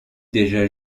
déjà